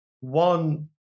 one